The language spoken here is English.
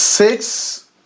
Six